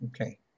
Okay